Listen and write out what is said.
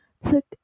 took